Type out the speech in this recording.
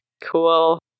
cool